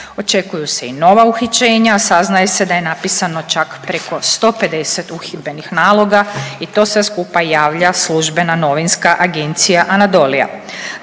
Očekuju se i nova uhićenja, a saznaje se da je napisano čak preko 150 uhidbenih naloga i to sve skupa javlja službena Novinska agencija Anadolia.